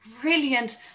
brilliant